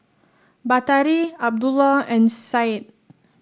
Batari Abdullah and Syed